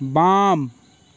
बाम